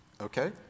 Okay